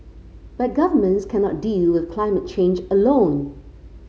but governments cannot deal with climate change alone